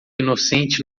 inocente